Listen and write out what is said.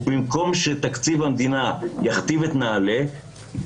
ובמקום שתקציב המדינה יכתיב את נעל"ה,